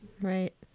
right